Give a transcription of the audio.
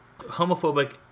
homophobic